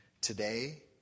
today